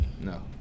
no